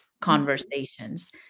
conversations